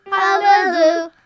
hallelujah